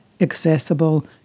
accessible